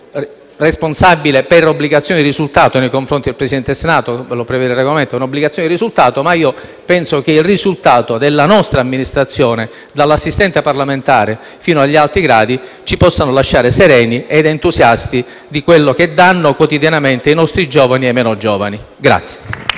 responsabile, per obbligazione di risultato, nei confronti del Presidente del Senato. Ma io penso che il risultato della nostra Amministrazione, dall'assistente parlamentare fino agli alti gradi, ci possa lasciare sereni ed entusiasti di quello che danno quotidianamente i nostri giovani e i meno giovani.